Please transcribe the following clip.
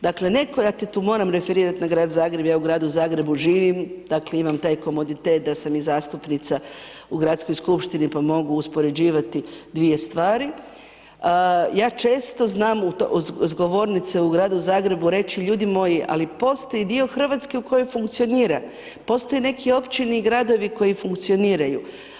Dakle, ... moram referirat na grad Zagreb, ja u gradu Zagrebu živim, dakle, imam taj komoditet da sam i zastupnica u gradskoj skupštini, pa mogu uspoređivati dvije stvari, ja često znam s govornice u gradu Zagrebu reći ljudi moji, ali postoji dio Hrvatske u kojem funkcionira, postoje neki općine i gradovi koji funkcioniraju.